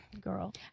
girl